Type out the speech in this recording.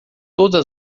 todas